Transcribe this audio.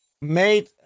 made